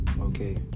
Okay